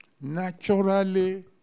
naturally